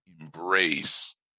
embrace